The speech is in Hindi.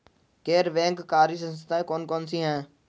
गैर बैंककारी संस्थाएँ कौन कौन सी हैं?